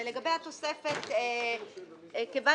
התוספת הראשונה".